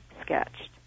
sketched